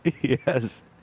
Yes